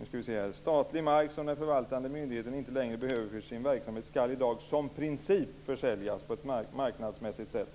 Vi skriver: "Statlig mark som den förvaltande myndigheten inte längre behöver för sin verksamhet skall i dag som princip försäljas på ett marknadsmässigt sätt."